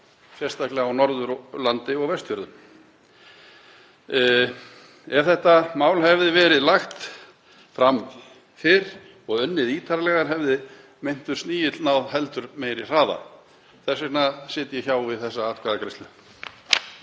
sérstaklega á Norðurlandi og Vestfjörðum. Ef þetta mál hefði verið lagt fram fyrr og unnið ítarlegar hefði meintur snigill náð heldur meiri hraða. Þess vegna sit ég hjá við þessa atkvæðagreiðslu.